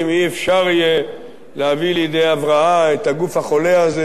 לא יהיה אפשר להביא לידי הבראה את הגוף החולה הזה,